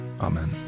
Amen